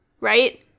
right